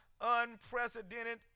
unprecedented